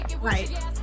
right